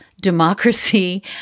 democracy